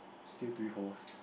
still three horse